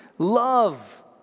Love